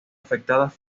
afectadas